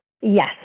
Yes